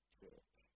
church